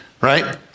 right